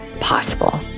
possible